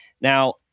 Now